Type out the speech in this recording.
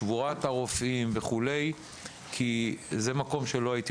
שבועת הרופאים וכו'; כי זה מקום שלא הייתי